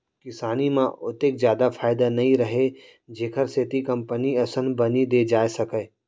किसानी म ओतेक जादा फायदा नइ रहय जेखर सेती कंपनी असन बनी दे जाए सकय